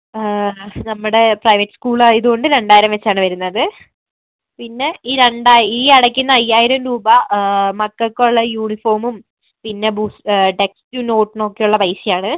നമ്മുടെ private school ആയതുകൊണ്ട് രണ്ടായിരം വച്ചാണ് വരുന്നത് പിന്നെ ഈ ഈ അടയ്ക്കുന്ന അയ്യായിരം രൂപ മക്കൾക്കുള്ള യൂണിഫോമും പിന്നെ ടെക്സ്റ്റും നോട്ടിനൊക്കെയുള്ള പൈസയാണ്